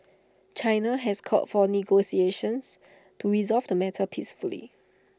China has called for negotiations to resolve the matter peacefully